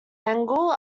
engel